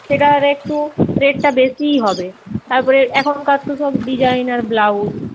সেটার একটু রেটটা বেশিই হবে তারপরে এখনকার তো সব ডিজাইনার ব্লাউজ